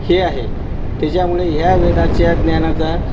हे आहे त्याच्यामुळे ह्या वेदाच्या ज्ञानाचा